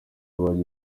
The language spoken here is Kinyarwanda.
abana